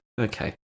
Okay